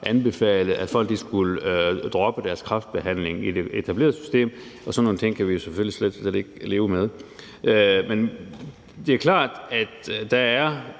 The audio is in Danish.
at folk skulle droppe deres kræftbehandling i det etablerede system. Sådan nogle ting kan vi jo selvfølgelig slet, slet ikke leve med. Men det er klart, at der er